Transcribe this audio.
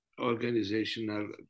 organizational